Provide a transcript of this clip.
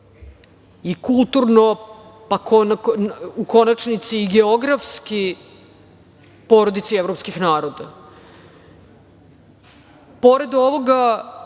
i kulturno, u konačnici i geografski, porodici evropskih naroda.